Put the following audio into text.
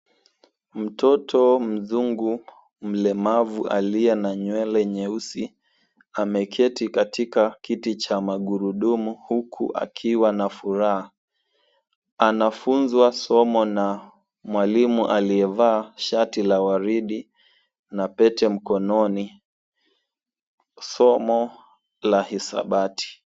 Mtoti mzungu mlemavu aliye na nywele nyeusi ameketi katika kiti cha magurudumu huku akiwa na furaha. Anafunzwa somo na mwalimu aliyevaa shati la waridi na pete mkononi, somo la hisabati.